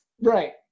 right